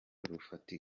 rufatika